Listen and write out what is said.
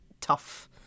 tough